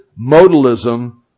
modalism